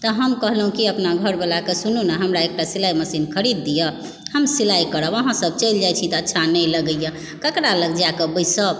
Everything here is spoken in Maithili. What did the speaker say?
तऽ हम कहलहुँ कि अपना घरवला के सुनु ने हमरा एकटा सिलाइ मशीन खरीद दिअ हम सिलाइ करब अहाँ सब चलि जाइ छी तऽ अच्छा नहि लगैए ककरा लग जाकऽ बैसब